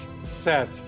set